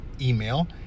email